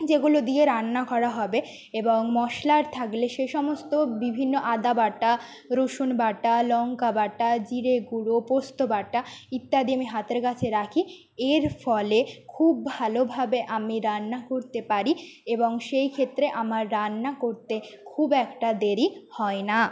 যেগুলো দিয়ে রান্না করা হবে এবং মশলা থাকলে সে সমস্ত বিভিন্ন আদা বাটা রসুন বাটা লঙ্কা বাটা জিরে গুঁড়ো পোস্ত বাটা ইত্যাদি আমি হাতের কাছে রাখি এর ফলে খুব ভালোভাবে আমি রান্না করতে পারি এবং সেইক্ষেত্রে আমার রান্না করতে খুব একটা দেরি হয় না